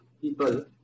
people